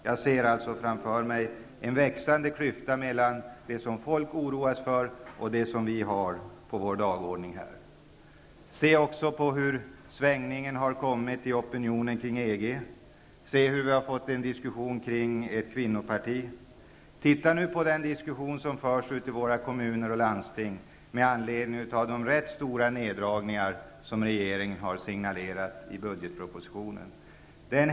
Jag ser alltså framför mig en växande klyfta mellan det som folk oroar sig för och det som vi har på vår dagordning här. Se också på hur svängningen har kommit i opinionen kring EG. Se hur vi har fått en diskussion om ett kvinnoparti. Lyssna till den diskussion som förs i kommuner och landsting med anledning av de rätt stora neddragningar som regeringen har signalerat i budgetpropositionen.